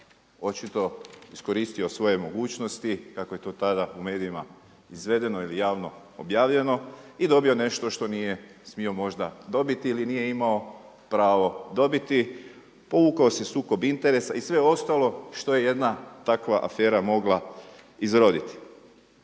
očito iskoristio svoje mogućnosti kako je to tada u medijima izvedeno ili javno objavljeno i dobio nešto što nije smio možda dobiti ili nije imao pravo dobiti. Povukao se sukob interesa i sve ostalo što je jedna takva afera mogla izroditi.